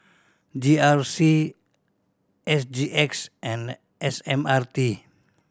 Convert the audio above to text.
G R C S G X and S M R T